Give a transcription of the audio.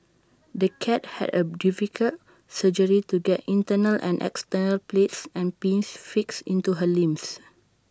the cat had A difficult surgery to get internal and external plates and pins fixed into her limbs